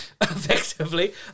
effectively